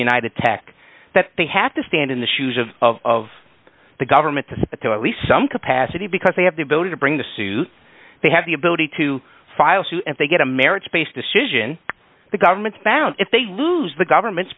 unite attack that they have to stand in the shoes of of the government to spy to at least some capacity because they have the ability to bring the suit they have the ability to file suit if they get a marriage based decision the government's found if they lose the government's